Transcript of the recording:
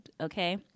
okay